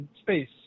space